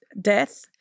death